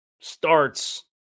starts